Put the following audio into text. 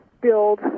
build